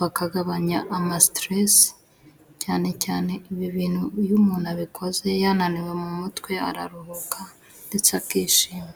bakagabanya amasiterese cyane cyane ibi bintu iyo umuntu abikoze yananiwe mu mutwe araruhuka ndetse akishima.